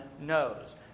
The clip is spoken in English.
knows